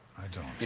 i don't.